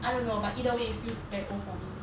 I don't know but either way is still very old for me